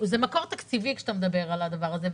מקור תקציבי כשאתה מדבר על הדבר הזה,